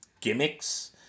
gimmicks